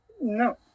No